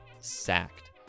sacked